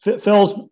Phil's